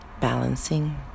balancing